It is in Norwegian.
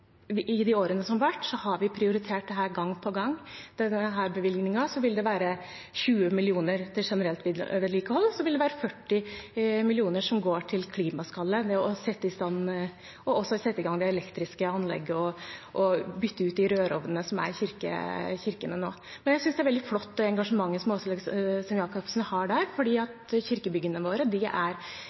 i de årene som har vært, har vi prioritert dette gang på gang. Med denne bevilgningen vil det være 20 mill. kr til generelt vedlikehold, og så vil det være 40 mill. kr som går til klimaskallet, og også til å sette i stand det elektriske anlegget og bytte ut de rørovnene som er i kirkene nå. Men jeg synes det er veldig flott det engasjementet som Åslaug Sem-Jacobsen har, for kirkebyggene våre er